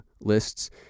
lists